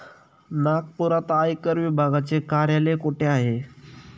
नागपुरात आयकर विभागाचे कार्यालय कुठे आहे?